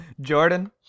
Jordan